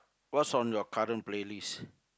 what's on your current playlist